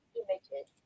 images